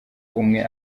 umwe